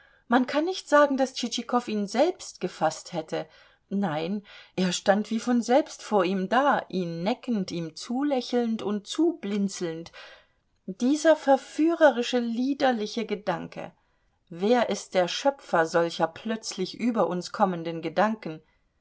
man kann nicht sagen daß tschitschikow ihn selbst gefaßt hätte nein er stand wie von selbst vor ihm da ihn neckend ihm zulächelnd und zublinzelnd dieser verführerische liederliche gedanke wer ist der schöpfer solcher plötzlich über uns kommenden gedanken